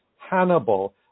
Hannibal